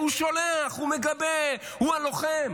הוא שולח, הוא מגבה, הוא הלוחם.